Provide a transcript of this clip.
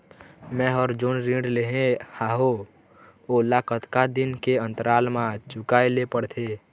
मैं हर जोन ऋण लेहे हाओ ओला कतका दिन के अंतराल मा चुकाए ले पड़ते?